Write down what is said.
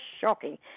shocking